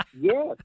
yes